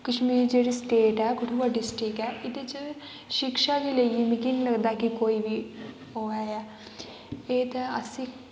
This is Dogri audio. कश्मीर जेह्ड़ी स्टेट ऐ कठुआ डिस्ट्रिक्ट ऐ इ'दे च शिक्षा गी लेइयै मिगी निं लगदा कि कोई बी ओह् ऐ एह् ते असीं